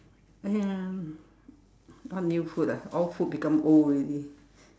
ya what new food ah all food become old already